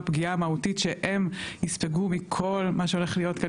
לפגיעה המהותית שהם יספגו מכל מה שהולך להיות כאן,